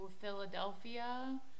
Philadelphia